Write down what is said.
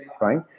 right